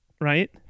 right